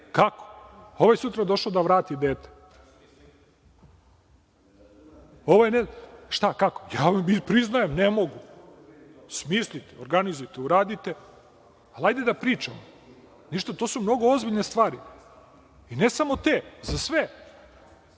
Kako? Ovaj sutra došao da vrati dete. Kako? Priznajem, ne mogu. Smislite, organizujte, uradite, ali hajde da pričamo. To su mnogo ozbiljne stvari. Ne samo te, nego za sve.